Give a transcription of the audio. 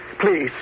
Please